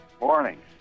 Morning